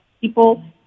people